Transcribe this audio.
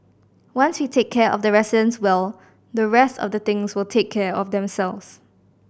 once we take care of the residents well the rest of the things will take care of themselves